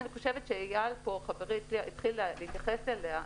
ואני חושבת שאייל חברי התחיל להתייחס אליה פה.